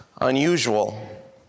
unusual